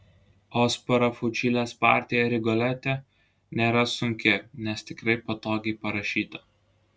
o sparafučilės partija rigolete nėra sunki nes tikrai patogiai parašyta